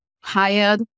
hired